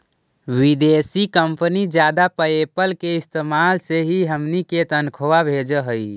विदेशी कंपनी जादा पयेपल के इस्तेमाल से ही हमनी के तनख्वा भेजऽ हइ